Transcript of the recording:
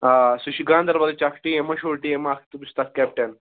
آ سُہ چھُ گانٛدَربَلٕچ اَکھ ٹیٖم مشہوٗر ٹیٖم اَکھ تہٕ بہٕ چھُس تَتھ کیپٹَن